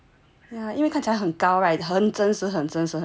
ah 因为看起来很高 right 很真实很真实很真实